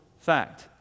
fact